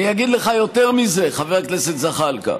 אגיד לך יותר מזה, חבר הכנסת זחאלקה: